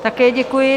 Také děkuji.